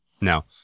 No